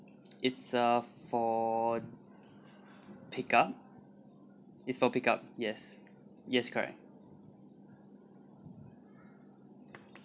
it's uh for pickup it's for pickup yes yes correct